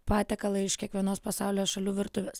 patiekalą iš kiekvienos pasaulio šalių virtuvės